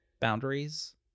boundaries